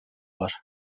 var